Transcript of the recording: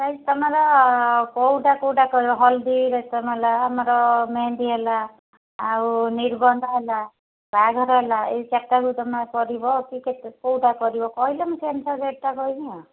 ସାଇ ତମର କୋଉଟା କୋଉଟା କରିବ ହଳଦୀ ରସମ୍ ହେଲା ଆମର ମେହେନ୍ଦି ହେଲା ଆଉ ନିର୍ବନ୍ଧ ହେଲା ବାହାଘର ହେଲା ଏଇ ଚାରିଟାକୁ ତମେ କରିବ କି କି କେଉଁଟା କରିବ କହିଲେ ମୁଁ ସେ ଅନୁସାରେ ରେଟ୍ଟା କହିବି ଆଉ